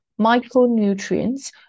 micronutrients